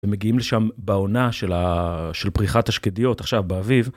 ומגיעים לשם בעונה של פריחת השקדיות עכשיו באביב.